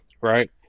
right